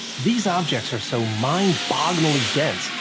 these objects are so mind-bogglingly dense,